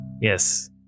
Yes